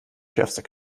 schärfster